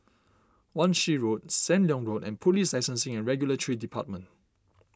Wan Shih Road Sam Leong Road and Police Licensing and Regulatory Department